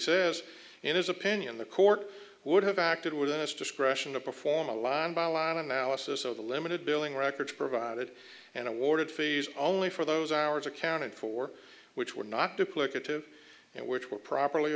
says in his opinion the court would have acted within its discretion to perform a line by line analysis of the limited billing records provided and awarded fees only for those hours accounted for which were not duplicative and which were properly